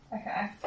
Okay